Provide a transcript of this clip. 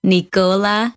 Nicola